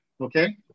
Okay